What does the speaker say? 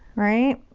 right.